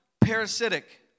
parasitic